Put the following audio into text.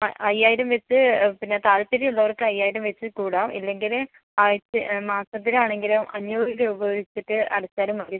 ആ അയ്യായിരം വെച്ച് പിന്നെ താൽപ്പര്യം ഉള്ളവർക്ക് അയ്യായിരം വെച്ച് കൂടാം ഇല്ലെങ്കിൽ ആഴ്ച്ച മാസത്തിൽ ആണെങ്കിലും അഞ്ഞൂറ് രൂപ വെച്ചിട്ട് അടച്ചാലും മതി